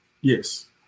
Yes